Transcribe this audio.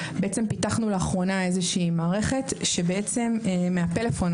פיתחנו לאחרונה מערכת שמהסלולארי,